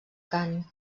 cant